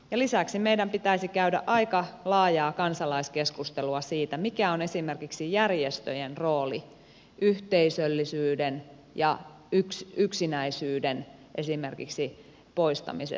lisäksi meidän pitäisi käydä aika laajaa kansalaiskeskustelua siitä mikä on esimerkiksi järjestöjen rooli yhteisöllisyydessä ja yksinäisyyden poistamisessa